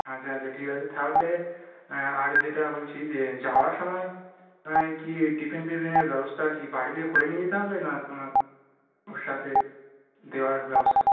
আচ্ছা আচ্ছা ঠিক আছে থাহলে আর যেটা বলছি যে যাওয়ার সময় সময় কী টিফিন ফিফিনের ব্যবস্তা কি বাড়ি থেকে করে নিয়ে যেতে হবে না কোনো ওর সাথে দেওয়ার ব্যবস্থা